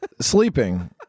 sleeping